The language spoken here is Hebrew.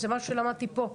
זה משהו שלמדתי פה.